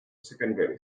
secondary